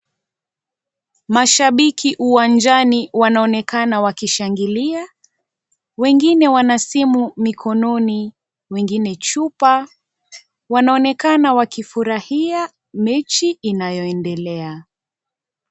Mashabiki uwanjani wanaonekana wakishangilia, wengine wana simu mikononi wengine chupa, wanaonekana wakifurahia mechi inayoendelea.